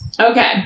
Okay